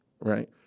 right